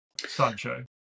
Sancho